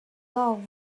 love